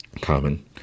common